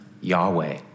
Yahweh